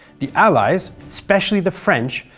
the allies, especially the french,